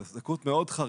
זו זכאות מאוד חריגה.